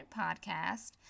podcast